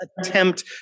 attempt